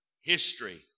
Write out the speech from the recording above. history